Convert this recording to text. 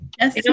Yes